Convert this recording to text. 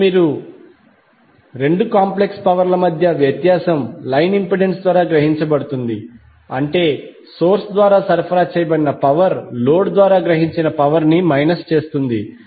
ఇప్పుడు రెండు కాంప్లెక్స్ పవర్ల మధ్య వ్యత్యాసం లైన్ ఇంపెడెన్స్ ద్వారా గ్రహించబడుతుంది అంటే సోర్స్ ద్వారా సరఫరా చేయబడిన పవర్ లోడ్ ద్వారా గ్రహించిన పవర్ ని మైనస్ చేస్తుంది